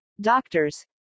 doctors